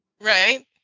right